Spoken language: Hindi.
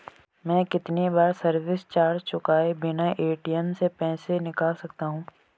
मैं कितनी बार सर्विस चार्ज चुकाए बिना ए.टी.एम से पैसे निकाल सकता हूं?